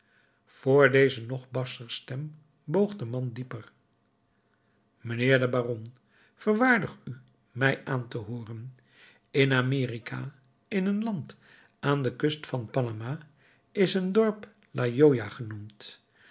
voor deze nog barscher stem boog de man dieper mijnheer de baron verwaardig u mij aan te hooren in amerika in een land aan de kust van panama is een dorp la joya genoemd